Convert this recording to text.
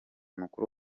mukuru